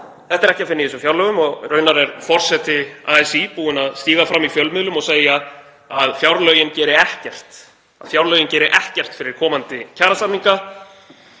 Það er ekki að finna í þessum fjárlögum, og raunar er forseti ASÍ búinn að stíga fram í fjölmiðlum og segja að fjárlögin geri ekkert fyrir komandi kjarasamninga.